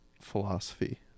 philosophy